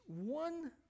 one